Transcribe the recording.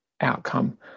outcome